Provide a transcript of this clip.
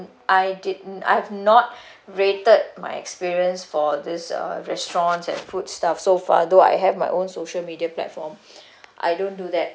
I didn't I've not rated my experience for this uh restaurants and food stuff so far though I have my own social media platform I don't do that